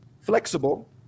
flexible